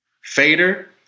fader